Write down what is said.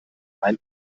ein